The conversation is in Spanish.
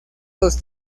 los